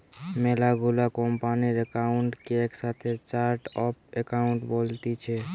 মেলা গুলা কোম্পানির একাউন্ট কে একসাথে চার্ট অফ একাউন্ট বলতিছে